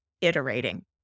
iterating